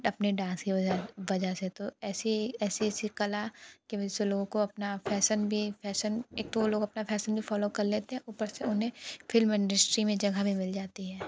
अपने डांस के वजह वजह से तो ऐसी ऐसी ऐसी कला की वजह से लोगों को अपना फैशन भी फैशन एक तो लोग अपना फैशन फॉलो कर लेते हैं ऊपर से उन्हें फ़िल्म इंडस्ट्री में जगह भी मिल जाती है